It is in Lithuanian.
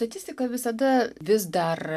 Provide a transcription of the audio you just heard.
statistika visada vis dar